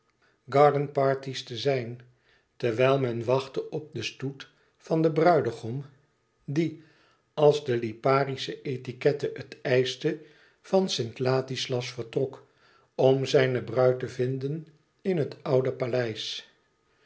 villa garden parties te zijn terwijl men wachtte op den stoet van den bruidegom die als de liparische etiquette het eischte van st ladislas vertrok om zijne bruid te vinden in het oude paleis